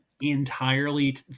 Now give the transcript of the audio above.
entirely